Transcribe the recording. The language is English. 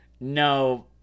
no